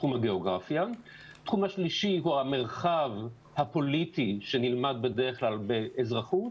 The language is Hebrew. תחום שלישי - המרחב הפוליטי שנלמד בדרך כלל באזרחות.